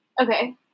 Okay